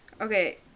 Okay